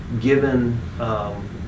given